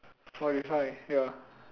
forty five ya